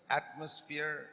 atmosphere